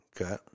Okay